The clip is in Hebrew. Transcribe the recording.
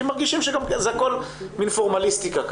כי הם מרגישים שזה הכול מעין פורמליסטיקה.